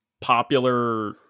popular